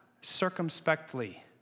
circumspectly